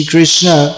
Krishna